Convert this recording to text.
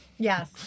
Yes